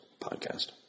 podcast